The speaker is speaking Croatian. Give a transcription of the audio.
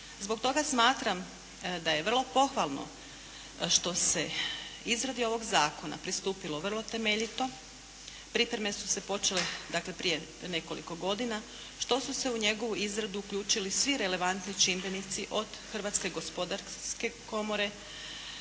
Zbog toga smatram da je vrlo pohvalno što se izradi ovog zakona pristupilo vrlo temeljito. Pripreme su se počele, dakle prije nekoliko godina. Što su se u njegovu izradu uključili svi relevantni čimbenici od Hrvatske gospodarske komore,